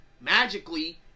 magically